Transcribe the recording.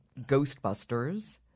Ghostbusters